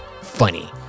funny